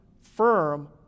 firm